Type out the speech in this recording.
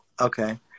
Okay